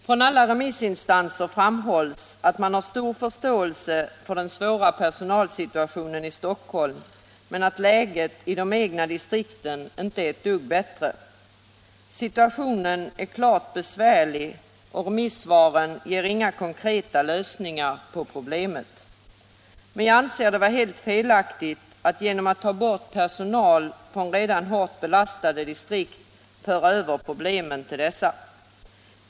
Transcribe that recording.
Från alla remissinstanser framhålls att man har stor förståelse för den svåra personalsituationen i Stockholm men att läget i de egna distrikten inte är ett dugg bättre. Situationen är klart besvärlig, och remissvaren ger inga konkreta lösningar på problemet. Men jag anser det vara helt felaktigt att genom att ta bort personal från redan hårt belastade distrikt föra över problemen till dessa.